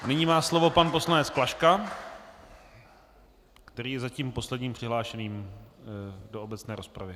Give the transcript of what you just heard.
Nyní má slovo pan poslanec Klaška, který je zatím posledním přihlášeným do obecné rozpravy.